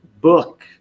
book